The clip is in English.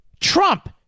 Trump